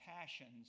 passions